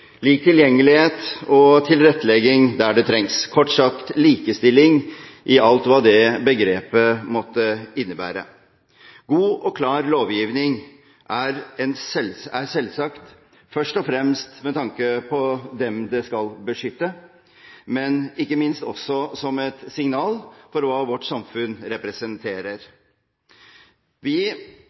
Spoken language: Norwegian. lik tilgjengelighet og tilrettelegging der det trengs – kort sagt, likestilling i alt hva det begrepet måtte innebære. God og klar lovgivning er selvsagt, først og fremst med tanke på dem loven skal beskytte, men ikke minst også som et signal på hva vårt samfunn representerer. Det at vi